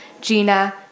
Gina